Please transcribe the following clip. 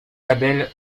label